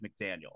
McDaniel